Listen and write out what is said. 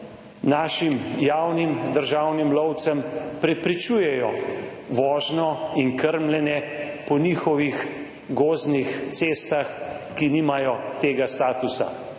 našim javnim državnim lovcem prepričujejo vožnjo in krmljenje po njihovih gozdnih cestah, ki nimajo tega statusa.